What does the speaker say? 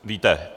Víte.